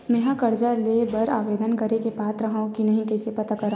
मेंहा कर्जा ले बर आवेदन करे के पात्र हव की नहीं कइसे पता करव?